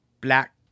black